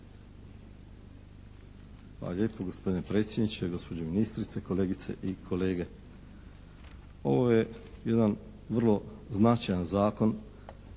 Hvala vam